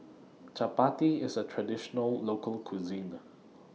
Chapati IS A Traditional Local Cuisine